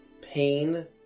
pain